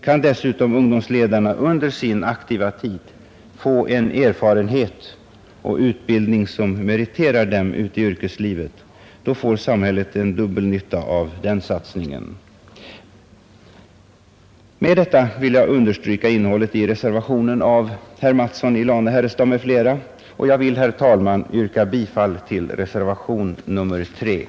Kan dessutom ungdomsledarna under sin aktiva tid få en erfarenhet och utbildning som meriterar dem även i yrkeslivet, då har samhället en dubbel nytta av den satsningen. Med detta vill jag understryka innehållet i reservationen 3 av herr Mattsson i Lane-Herrestad m.fl., och jag vill, herr talman, yrka bifall till denna.